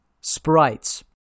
Sprites